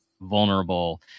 vulnerable